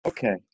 Okay